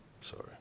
sorry